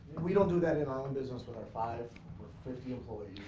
we don't do that in our own business with our five or fifty employees.